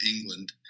England